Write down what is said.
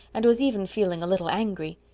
and was even feeling a little angry.